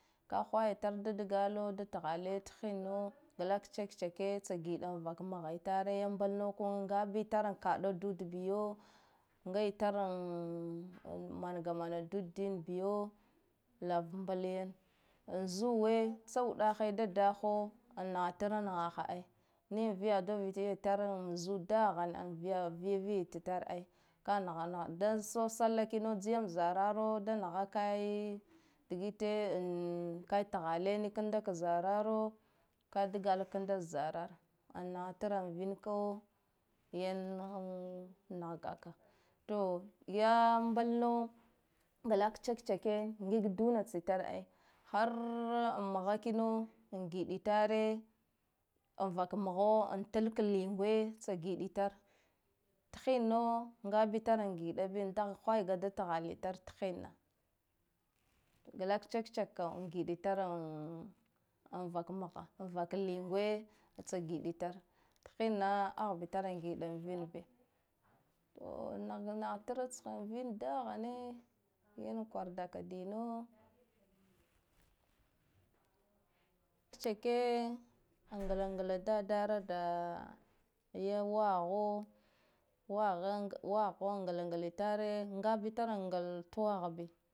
Ka hwaya tar da dgalo da thale thinna glak check-checke tsa giɗa vak mha itare ya mbl na ka ngitare kaɗa dud biyo nga itar manga mana dud din biyo lava mbl yane an zuwe, tsawuɗahe da daho anahatra naha ai niya viya doitare zu dahan ai, viya viviya tsitar ai ka naha naha da sosallah kina giyam zararo da naha kaye dgite ka thale nika ka zararo ka dgak kanda zaratra anahatra vin ka yan nahga ka to ya mblna glak check-checke ngig duna tsitar ai, har mho kino ngiɗi tare an vak mho an talka lingau tsa giditar, thinna ngba itar giɗa biya da hway ga thalle tar thinna glak check-check kam giɗi tar vak mha vak lingwe tsa giɗi tar thinna ahbi tar giɗa viu bi, to nahga nah tra tsha vin dahane yan kwargaka dino check-checke ngla ngla dada ra da ya ya waho wahan ngla ngla tare ngabi tara ngla tuwah bi